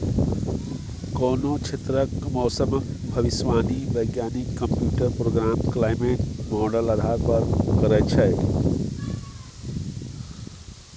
कोनो क्षेत्रक मौसमक भविष्यवाणी बैज्ञानिक कंप्यूटर प्रोग्राम क्लाइमेट माँडल आधार पर करय छै